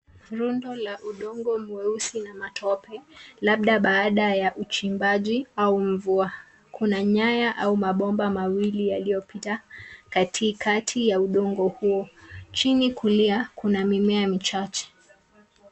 Rundo la udongo mweusi na matope, labda baada ya uchimbaji au mvua. Kuna nyaya au mabomba mawili yaliyopita katikati ya udongo huo. Chini kulia, kuna mimea michache.